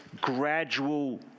gradual